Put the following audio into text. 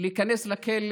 חברי הכנסת,